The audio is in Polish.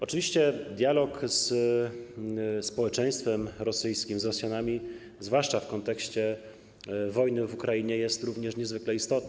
Oczywiście dialog ze społeczeństwem rosyjskim, z Rosjanami - zwłaszcza w kontekście wojny w Ukrainie - jest również niezwykle istotny.